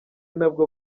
nabwo